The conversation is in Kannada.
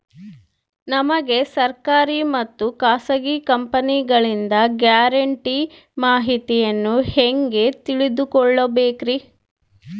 ನಮಗೆ ಸರ್ಕಾರಿ ಮತ್ತು ಖಾಸಗಿ ಕಂಪನಿಗಳಿಂದ ಗ್ಯಾರಂಟಿ ಮಾಹಿತಿಯನ್ನು ಹೆಂಗೆ ತಿಳಿದುಕೊಳ್ಳಬೇಕ್ರಿ?